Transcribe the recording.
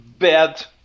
bad